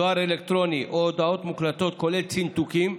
דואר אלקטרוני או הודעות מוקלטות, כולל צנתוקים,